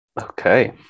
Okay